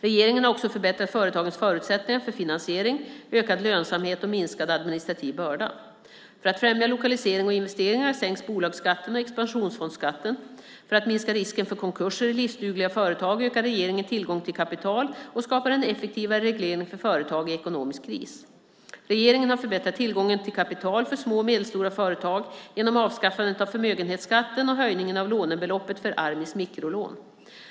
Regeringen har också förbättrat företagens förutsättningar för finansiering, ökad lönsamhet och minskad administrativ börda. För att främja lokalisering och investeringar sänks bolagsskatten och expansionsfondsskatten. För att minska risken för konkurser i livsdugliga företag ökar regeringen tillgången till kapital och skapar en effektivare reglering för företag i ekonomisk kris. Regeringen har förbättrat tillgången till kapital för små och medelstora företag genom avskaffandet av förmögenhetsskatten och höjningen av lånebeloppet för Almis mikrolån.